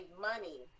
money